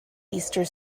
easter